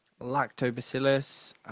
Lactobacillus